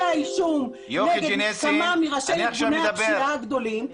האישום נגד כמה מראשי ארגוני הפשיעה הגדולים,